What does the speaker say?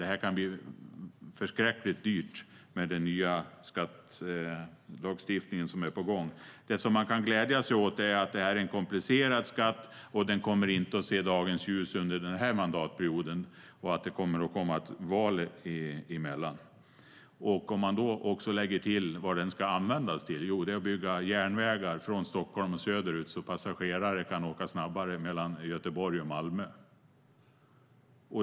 Detta kan bli förskräckligt dyrt med den nya skattelagstiftning som är på gång. Det man kan glädja sig åt är att det är en komplicerad skatt och att den inte kommer att se dagens ljus under denna mandatperiod. Det kommer också att komma ett val emellan. Man kan lägga till vad det är den ska användas till, nämligen till att bygga järnvägar från Stockholm och söderut så att passagerare kan åka snabbare mellan Göteborg och Malmö.